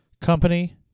company